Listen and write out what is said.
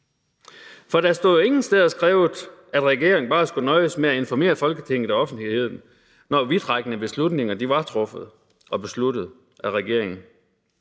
For der står jo ingen steder skrevet, at regeringen bare skulle nøjes med at informere Folketinget og offentligheden, når vidtrækkende beslutninger var truffet af regeringen.